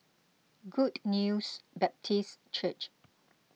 Good News Baptist Church